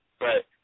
Right